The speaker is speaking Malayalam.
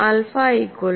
alpha equal to 2a by w